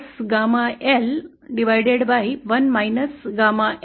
तर मग Z at ZL Zo 1gamma L